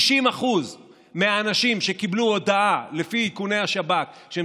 60% מהאנשים שקיבלו הודעה לפי איכוני השב"כ שהם